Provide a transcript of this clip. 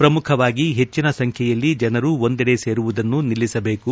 ಪ್ರಮುಖವಾಗಿ ಹೆಚ್ಚಿನ ಸಂಖ್ಯೆಯಲ್ಲಿ ಜನರು ಒಂದೆಡೆ ಸೇರುವುದನ್ನು ನಿಲ್ಲಿಸಬೇಕು